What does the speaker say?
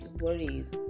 worries